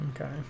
okay